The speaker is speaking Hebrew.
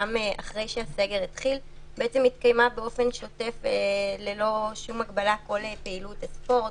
אחרי שהסגר התחיל התקיימה באופן שוטף וללא שום הגבלה כל פעילות הספורט,